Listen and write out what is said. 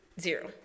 Zero